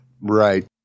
Right